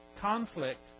conflict